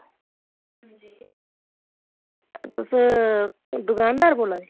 तुस दकानदार बोल्ला दे